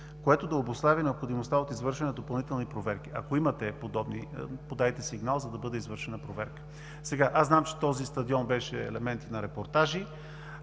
което да обуславя необходимостта от извършване допълнителни проверки. Ако имате подобни, подайте сигнал, за да бъде извършена проверка. Аз знам, че този стадион беше елемент и на репортажи.